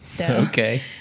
Okay